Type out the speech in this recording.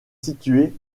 situé